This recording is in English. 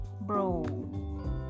bro